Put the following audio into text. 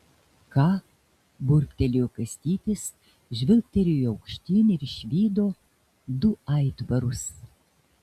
ką burbtelėjo kastytis žvilgtelėjo aukštyn ir išvydo du aitvarus